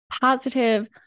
positive